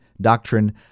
Doctrine